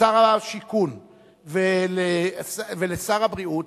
לשר השיכון ולשר הבריאות,